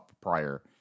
prior